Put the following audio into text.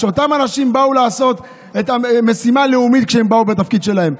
אותם אנשים באו לעשות משימה לאומית בתפקיד שלהם,